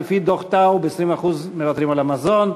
לפי דוח טאוב 20% מהישראלים מוותרים על מזון.